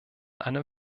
einem